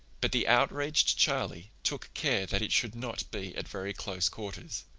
but the outraged charlie took care that it should not be at very close quarters.